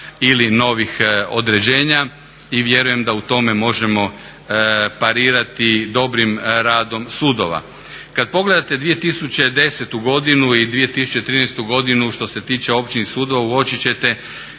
ili novih određenja. I vjerujem da u tome možemo parirati dobrim radom sudova. Kad pogledate 2010. godinu i 2013. godinu što se tiče općinskih sudova uočit ćete